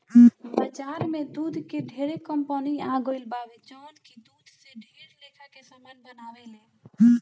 बाजार में दूध के ढेरे कंपनी आ गईल बावे जवन की दूध से ढेर लेखा के सामान बनावेले